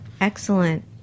Excellent